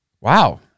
Wow